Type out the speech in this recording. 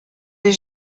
des